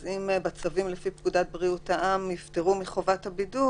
אז אם בצווים לפי פקודת בריאות העם הם נפטרו מחובת הבידוד,